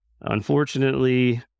Unfortunately